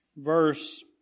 verse